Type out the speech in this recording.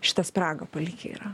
šitą spragą palikę yra